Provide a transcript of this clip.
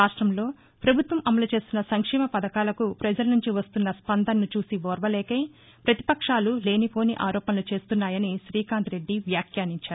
రాష్ట్రంలో ప్రభత్వం అమలు చేస్తున్న సంక్షేమ పథకాలకు ప్రజల నుంచి వస్తున్న స్పందనను చూసి ఓర్వలేక ప్రతిపక్షాలు లేనిపోని ఆరోపణలు చేస్తున్నాయని శ్రీకాంత్రెడ్డి వ్యాఖ్యానించారు